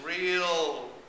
real